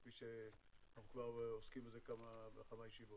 כפי שאנחנו כבר עוסקים בזה כמה ישיבות.